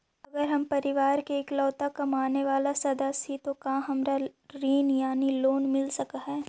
अगर हम परिवार के इकलौता कमाने चावल सदस्य ही तो का हमरा ऋण यानी लोन मिल सक हई?